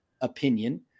opinion